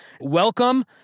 Welcome